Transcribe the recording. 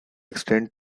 extend